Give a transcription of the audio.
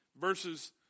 verses